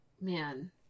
man